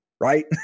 right